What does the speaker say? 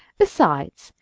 besides,